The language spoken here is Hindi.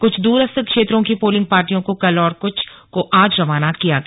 क्छ द्रस्थ क्षेत्रों की पोलिंग पार्टियों को कल और क्छ को आज रवाना किया गया